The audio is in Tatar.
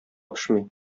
пешми